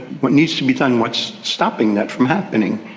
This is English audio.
what needs to be done, what's stopping that from happening?